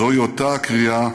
זוהי אותה קריאה